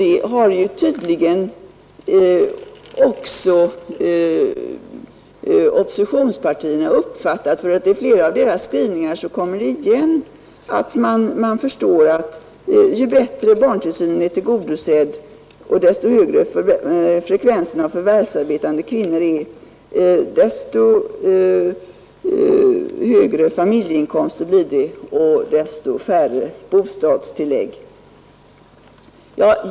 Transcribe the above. Det har tydligen också oppositionspartierna uppfattat, för i flera av deras skrivningar kommer det igen att man förstår att ju bättre behovet av barntillsyn är tillgodosett och ju högre frekvensen av förvärvsarbetande kvinnor är, desto högre familjeinkomster blir det och desto färre bostadstillägg.